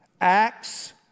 Acts